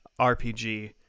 rpg